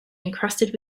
encrusted